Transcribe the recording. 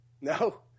no